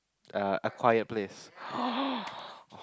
uh a quiet place